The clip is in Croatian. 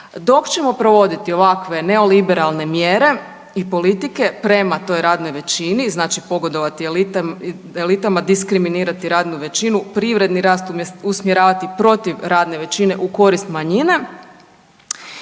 Dok ćemo provoditi ovakve neoliberalne mjere i politike prema toj radnoj većini znači pogodovati elitama, diskriminirati radnu većinu privredni rast usmjeravati protiv radne većine u korist manjine